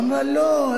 אמרה: לא,